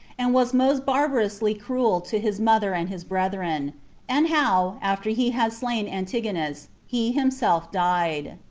and was most barbarously cruel to his mother and his brethren and how, after he had slain antigonus, he himself died.